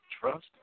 trust